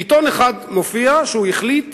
בעיתון אחד מופיע שהוא החליט